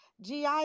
GI